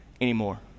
anymore